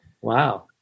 Wow